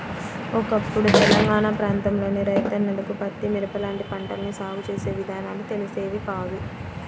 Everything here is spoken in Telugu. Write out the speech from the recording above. ఒకప్పుడు తెలంగాణా ప్రాంతంలోని రైతన్నలకు పత్తి, మిరప లాంటి పంటల్ని సాగు చేసే విధానాలు తెలిసేవి కాదు